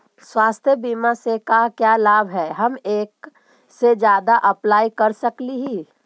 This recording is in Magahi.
स्वास्थ्य बीमा से का क्या लाभ है हम एक से जादा अप्लाई कर सकली ही?